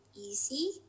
easy